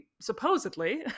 supposedly